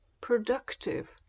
Productive